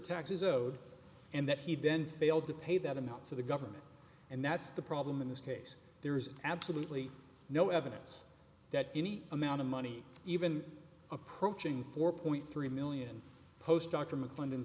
taxes owed and that he'd then failed to pay that amount to the government and that's the problem in this case there's absolutely no evidence that any amount of money even approaching four point three million post doctor mclendon